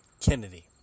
Kennedy